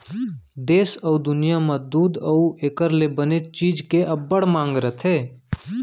देस अउ दुनियॉं म दूद अउ एकर ले बने चीज के अब्बड़ मांग रथे